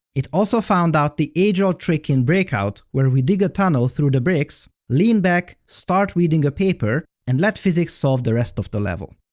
it also found out the age-old trick in breakout, where we dig a tunnel through the bricks, lean back, start reading a paper, and let physics solve the rest of the level.